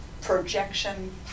projection